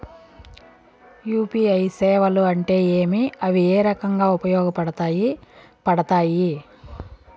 UPI సేవలు అంటే ఏమి, అవి ఏ రకంగా ఉపయోగపడతాయి పడతాయి?